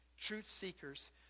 truth-seekers